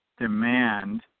demand